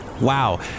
Wow